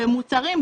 במוצרים,